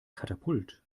katapult